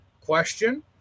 question